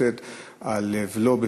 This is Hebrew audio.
יושב-ראש הכנסת מר יולי אדלשטיין,